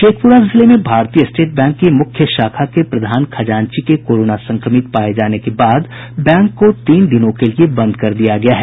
शेखपुरा जिले में Bharatiya State Bank की मुख्य शाखा के प्रधान खजांची के कोरोना संक्रमित पाये जाने के बाद बैंक को तीन दिन के लिए बंद कर दिया गया है